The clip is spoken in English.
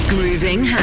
Grooving